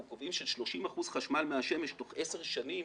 קובעים של 30 אחוזים חשמל מהשמש תוך 10 שנים,